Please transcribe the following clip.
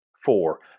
Four